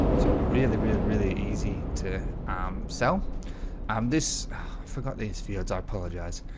so really really really easy to um sell um this forgot these feeds. i apologize.